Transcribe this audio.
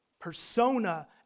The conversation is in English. Persona